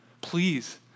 Please